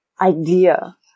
idea